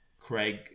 Craig